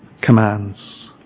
commands